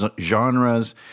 genres